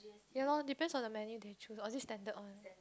ya lor depends on the menu they choose or is it standard one